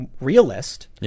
realist